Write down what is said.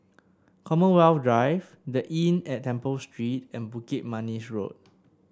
Commonwealth Drive The Inn at Temple Street and Bukit Manis Road